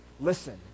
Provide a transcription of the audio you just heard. Listen